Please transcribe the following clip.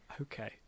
Okay